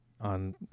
on